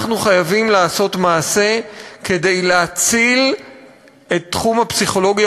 אנחנו חייבים לעשות מעשה כדי להציל את תחום הפסיכולוגיה